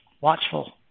watchful